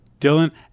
Dylan